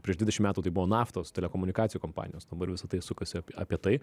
prieš dvidešim metų tai buvo naftos telekomunikacijų kompanijos dabar visa tai sukasi apie apie tai